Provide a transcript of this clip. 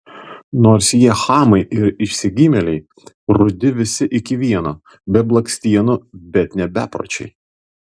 nors jie chamai ir išsigimėliai rudi visi iki vieno be blakstienų bet ne bepročiai